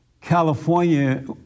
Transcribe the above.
California